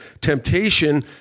Temptation